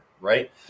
right